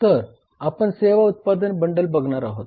तर आपण सेवा उत्पादन बंडल बघणार आहोत